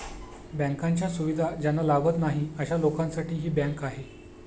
बँकांच्या सुविधा ज्यांना लाभत नाही अशा लोकांसाठी ही बँक आहे